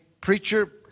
preacher